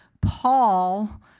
Paul